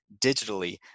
digitally